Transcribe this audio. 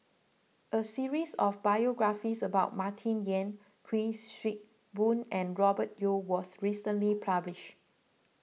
a series of biographies about Martin Yan Kuik Swee Boon and Robert Yeo was recently published